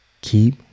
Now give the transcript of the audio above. Keep